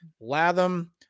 Latham